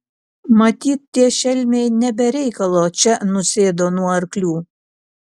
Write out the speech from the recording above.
matyt tie šelmiai ne be reikalo čia nusėdo nuo arklių